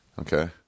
Okay